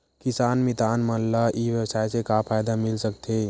किसान मितान मन ला ई व्यवसाय से का फ़ायदा मिल सकथे?